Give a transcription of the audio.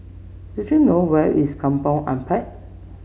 do you know where is Kampong Ampat